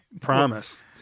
promise